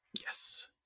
Yes